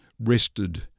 rested